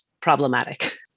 problematic